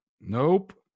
Nope